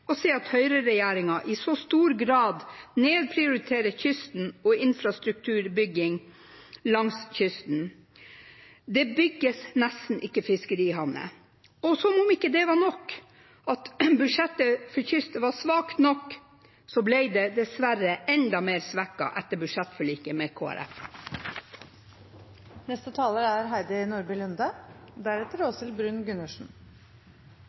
å se at høyreregjeringen i så stor grad nedprioriterer kysten og infrastrukturbygging langs kysten. Det bygges nesten ikke fiskerihavner. Og som om ikke budsjettet for kysten var svakt nok, ble det dessverre enda mer svekket etter budsjettforliket med